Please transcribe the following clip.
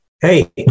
Hey